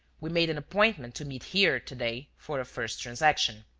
we made an appointment to meet here to-day for a first transaction.